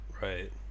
Right